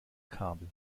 kabel